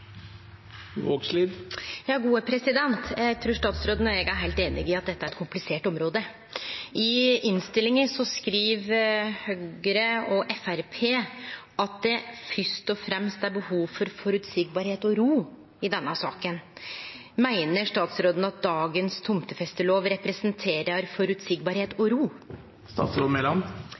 område. I innstillinga skriv Høgre og Framstegspartiet at det fyrst og fremst er behov for «forutsigbarhet og ro» i denne saka. Meiner statsråden at dagens tomtefestelov representerer «forutsigbarhet og ro»?